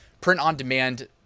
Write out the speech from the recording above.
print-on-demand